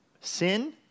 sin